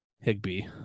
Higby